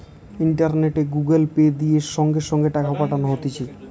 ইন্টারনেটে Google Pay, দিয়ে সঙ্গে সঙ্গে টাকা পাঠানো হতিছে